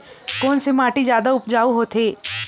कोन से माटी जादा उपजाऊ होथे?